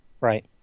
Right